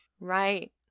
right